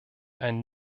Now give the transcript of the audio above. ein